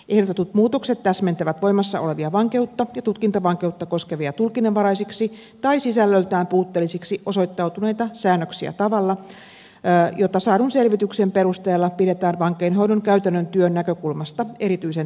ehdotetut muutokset täsmentävät voimassa olevia vankeutta ja tutkintavankeutta koskevia tulkinnanvaraisiksi tai sisällöltään puutteellisiksi osoittautuneita säännöksiä tavalla jota saadun selvityksen perusteella pidetään vankeinhoidon käytännön työn näkökulmasta erityisen tervetulleena